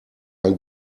ein